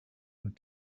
and